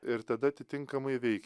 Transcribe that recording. ir tada atitinkamai veik